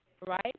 right